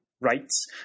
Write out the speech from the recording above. rights